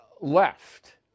left